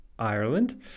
Ireland